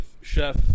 chef